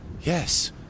Yes